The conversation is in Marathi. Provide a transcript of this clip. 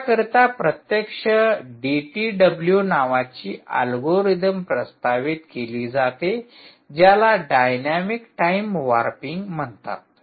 त्या करीता प्रत्यक्षात डीटीडब्ल्यू नावाची अल्गोरिदम प्रस्तावित केली जाते ज्याला डायनॅमिक टाइम वार्पिंग म्हणतात